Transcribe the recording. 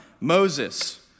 Moses